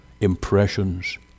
impressions